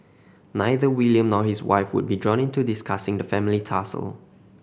neither William nor his wife would be drawn into discussing the family tussle